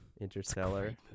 Interstellar